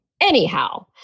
Anyhow